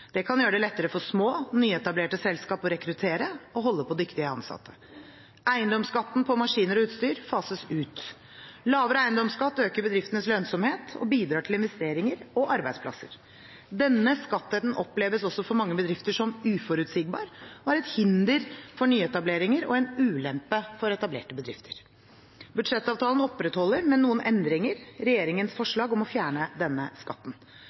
Det kan gjøre det lettere for små, nyetablerte selskap å rekruttere og holde på dyktige ansatte. Eiendomsskatten på maskiner og utstyr fases ut. Lavere eiendomsskatt øker bedriftenes lønnsomhet og bidrar til investeringer og arbeidsplasser. Denne skatten oppleves også for mange bedrifter som uforutsigbar og er et hinder for nyetableringer og en ulempe for etablerte bedrifter. Budsjettavtalen opprettholder, med noen endringer, regjeringens forslag om å fjerne denne skatten.